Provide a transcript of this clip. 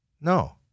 No